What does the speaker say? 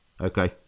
Okay